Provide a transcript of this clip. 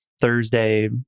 Thursday